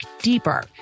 deeper